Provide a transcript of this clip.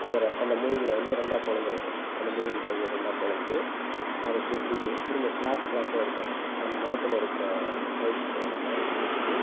அதில் அந்த மூங்கிலை வந்து ரெண்டாக பிளந்துடுவாங்க அந்த மூங்கில் கழியை ரெண்டாக பிளந்து அதை செத்திட்டு திரும்ப பிளாச் பிளாச்சாக எடுப்பாங்க அந்த முறத்துல இருக்கிற சைஸ்சுக்கு தகுந்தமாதிரி வெட்டி